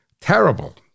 Terrible